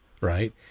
right